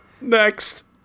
Next